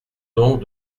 donc